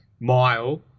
mile